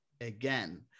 again